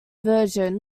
version